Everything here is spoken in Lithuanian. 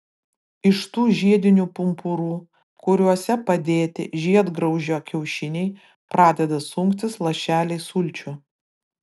iš tų žiedinių pumpurų kuriuose padėti žiedgraužio kiaušiniai pradeda sunktis lašeliai sulčių